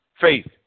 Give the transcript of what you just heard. Faith